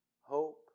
hope